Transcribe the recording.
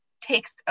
takes